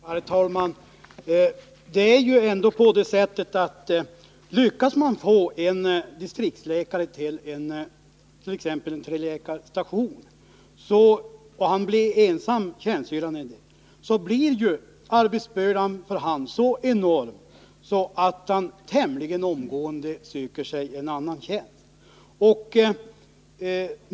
Herr talman! Det är ju ändå så, att om man lyckas få en distriktsläkare till exempelvis en treläkarstation och han blir ensam tjänstgörande läkare, blir arbetsbördan för hans del så enorm att han tämligen omedelbart söker sig en annan tjänst.